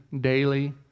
daily